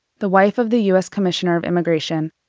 the wife of the us commissioner of immigration,